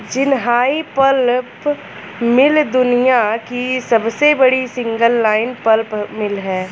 Jinhai pulp mill दुनिया की सबसे बड़ी सिंगल लाइन पल्प मिल है